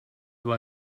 war